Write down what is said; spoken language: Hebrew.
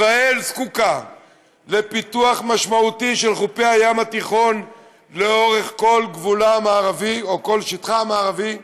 ישראל זקוקה לפיתוח משמעותי של חופי הים התיכון לאורך כל שטחה המערבי,